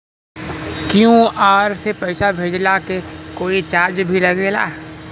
QR से पैसा भेजला के कोई चार्ज भी लागेला?